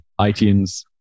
iTunes